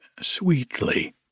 sweetly